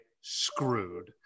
screwed